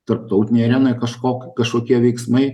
tarptautinėj arenoj kažkok kažkokie veiksmai